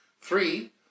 Three